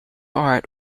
art